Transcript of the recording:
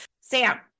Sam